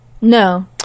No